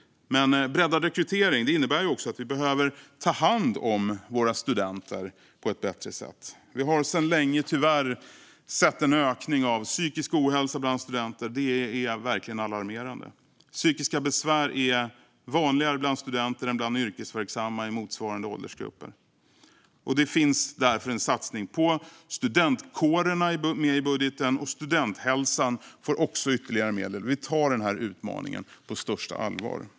Men breddad rekrytering innebär också att vi kommer att behöva ta hand om våra studenter på ett bättre sätt. Vi har sedan länge tyvärr sett en ökning av psykisk ohälsa bland studenter. Det är verkligen alarmerande. Psykiska besvär är vanligare bland studenter än bland yrkesverksamma i motsvarande åldersgrupper. Det finns därför en satsning på studentkårerna med i budgeten. Studenthälsan får också ytterligare medel. Vi tar den här utmaningen på största allvar.